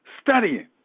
Studying